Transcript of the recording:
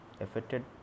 affected